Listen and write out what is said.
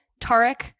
Tarek